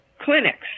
clinics